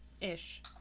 Ish